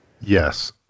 Yes